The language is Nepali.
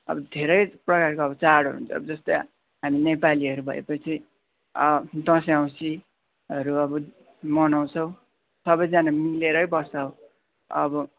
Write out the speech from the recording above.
अब धेरै प्रकारको अब चाडहरू हुन्छ अब जस्तै हामी नेपालीहरू भएपछि दसैँ औँसीहरू अब मनाउँछौँ सबैजना मिलेरै बस्छौँ अब